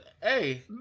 Hey